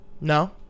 No